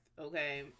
okay